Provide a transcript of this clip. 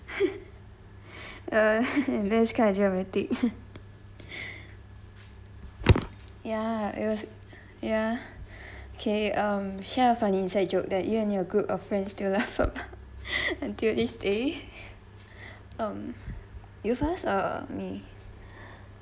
uh that's kind of dramatic ya it was ya okay um share a funny inside joke that you and your group of friends still laugh out until is this day um you first or me